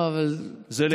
זה לגיטימי.